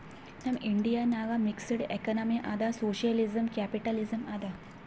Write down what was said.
ನಮ್ ಇಂಡಿಯಾ ನಾಗ್ mixed economy ಅದಾ ಸೋಶಿಯಲಿಸಂ, ಕ್ಯಾಪಿಟಲಿಸಂ ಅದಾ